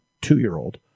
two-year-old